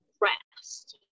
rest